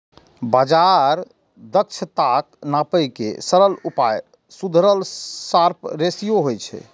बाजार दक्षताक नापै के सरल उपाय सुधरल शार्प रेसियो होइ छै